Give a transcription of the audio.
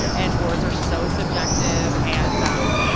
yeah and words are so subjective and um